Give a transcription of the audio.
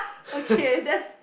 okay that's